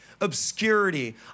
obscurity